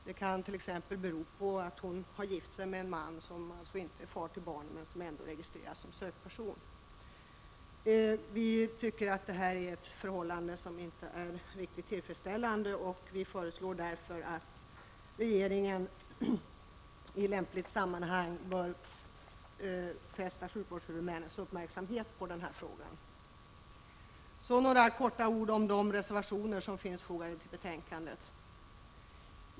Detta kan t.ex. bero på att hon har gift sig med en man, som inte är far till barnen men som ändå registreras som sökperson. Vi tycker att detta förhållande inte är tillfredsställande. Vi föreslår därför att regeringen i lämpligt sammanhang fäster sjukvårdshuvudmännens uppmärksamhet på denna fråga. Jag vill också säga några ord om de reservationer som finns fogade till betänkandet.